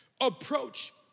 Approach